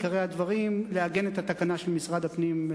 עיקרי הדברים: לעגן את התקנה של משרד הפנים,